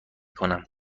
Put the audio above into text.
کنم